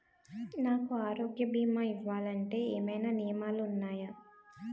నాకు ఆరోగ్య భీమా ఇవ్వాలంటే ఏమైనా నియమాలు వున్నాయా?